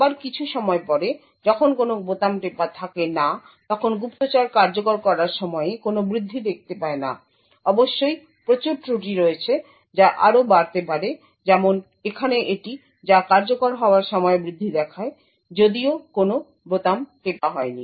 আবার কিছু সময় পরে যখন কোনো বোতাম টেপা থাকে না তখন গুপ্তচর কার্যকর করার সমযয়ে কোনো বৃদ্ধি দেখতে পায় না অবশ্যই প্রচুর ত্রুটি রয়েছে যা আরও বাড়তে পারে যেমন এখানে এটি যা কার্যকর হওয়ার সময় বৃদ্ধি দেখায় যদিও কোন বোতাম টেপা হয় নি